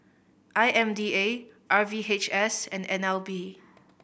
I M D A R V H S and N L B